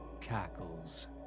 cackles